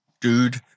dude